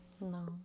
No